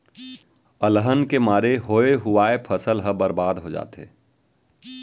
अलहन के मारे होवे हुवाए फसल ह बरबाद हो जाथे